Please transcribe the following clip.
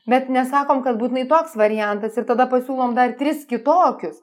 bet nesakom kad būtinai toks variantas ir tada pasiūlom dar tris kitokius